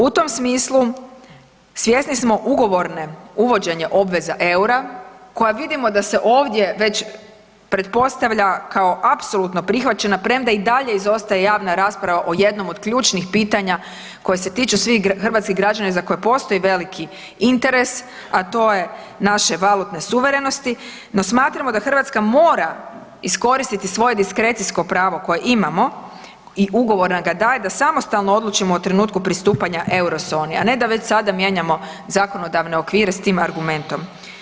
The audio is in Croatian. U tom smislu svjesni smo ugovorne uvođenje obveza EUR-a koja vidimo da se ovdje već pretpostavlja kao apsolutno prihvaćena prema i dalje izostaje javna rasprava o jednom od ključnih pitanja koje se tiču svih hrvatskih građana i za koje postoji veliki interes, a to je naše valutne suverenosti no smatramo da Hrvatska mora iskoristiti svoje diskrecijsko pravo koje imamo i ugovor nam ga daje da samostalno odlučimo o trenutku pristupanja Eurozoni, a ne da već sada mijenjamo zakonodavne okvire s tim argumentom.